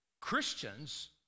Christians